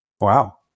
Wow